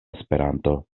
esperanto